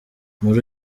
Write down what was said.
muri